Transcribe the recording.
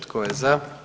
Tko je za?